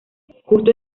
justo